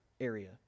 area